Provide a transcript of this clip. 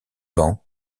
bancs